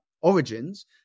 origins